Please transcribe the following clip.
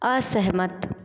असहमत